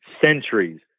centuries